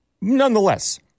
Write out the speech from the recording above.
Nonetheless